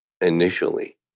initially